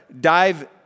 dive